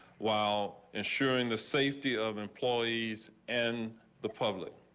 while ensuring the safety of employees and the public.